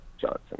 Johnson